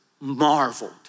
marveled